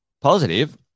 Positive